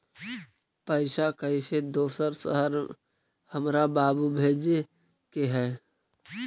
पैसा कैसै दोसर शहर हमरा बाबू भेजे के है?